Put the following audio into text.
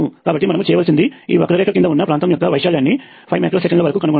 కాబట్టి మనము చేయవలసింది ఈ వక్రరేఖ క్రింద ఉన్న ప్రాంతము యొక్క వైశాల్యాన్ని 5 మైక్రో సెకన్ల వరకు కనుగొనడం